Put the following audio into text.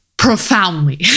profoundly